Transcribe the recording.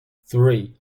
three